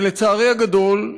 לצערי הגדול,